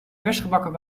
versgebakken